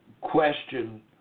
question